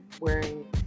wearing